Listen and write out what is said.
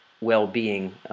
well-being